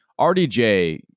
RDJ